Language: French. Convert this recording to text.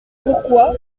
pourquoi